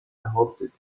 behauptet